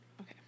Okay